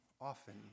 often